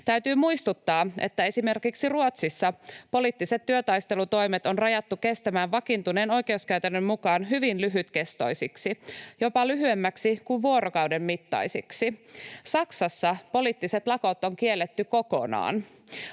Täytyy muistuttaa, että esimerkiksi Ruotsissa poliittiset työtaistelutoimet on rajattu kestämään vakiintuneen oikeuskäytännön mukaan hyvin lyhytkestoisiksi, jopa lyhyemmiksi kuin vuorokauden mittaisiksi. Saksassa poliittiset lakot on kielletty kokonaan.